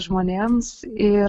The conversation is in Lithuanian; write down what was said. žmonėms ir